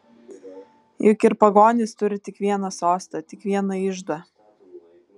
juk ir pagonys turi tik vieną sostą tik vieną iždą